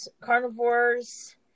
carnivores